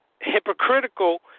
hypocritical